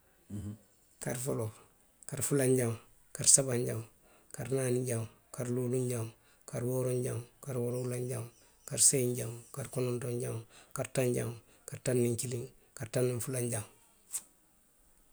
Kari foloo; kari fulanjaŋo. kari sabanjaŋo, kari naaninjaŋo, kari luulunjaŋo, kari wooronjaŋo, kari woorowulanjaŋo, kari seyinjaŋo, kari konontonjaŋo, kari tanjaŋo, kari taŋ niŋ kilinjaŋo, kari taŋ niŋ fulanjaŋo